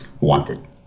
wanted